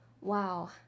wow